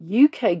UK